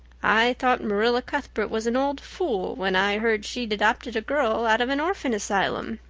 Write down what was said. i thought marilla cuthbert was an old fool when i heard she'd adopted a girl out of an orphan asylum,